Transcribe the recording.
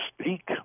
speak